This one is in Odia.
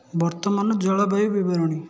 ବର୍ତ୍ତମାନ ଜଳବାୟୁ ବିବରଣୀ